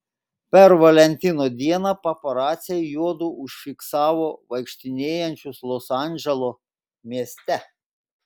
per valentino dieną paparaciai juodu užfiksavo vaikštinėjančius los andželo mieste